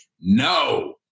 No